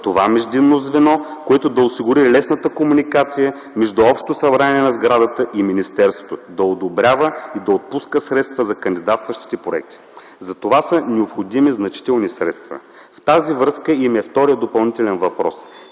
бъдат междинното звено, което да осигури лесната комуникация между общото събрание на сградата и министерството, да одобрява и да отпуска средства за кандидатстващите проекти. За това са необходими значителни средства. Във връзка с това е и вторият ми допълнителен въпрос: